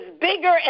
bigger